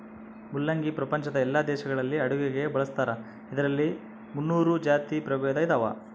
ಮುಲ್ಲಂಗಿ ಪ್ರಪಂಚದ ಎಲ್ಲಾ ದೇಶಗಳಲ್ಲಿ ಅಡುಗೆಗೆ ಬಳಸ್ತಾರ ಇದರಲ್ಲಿ ಮುನ್ನೂರು ಜಾತಿ ಪ್ರಭೇದ ಇದಾವ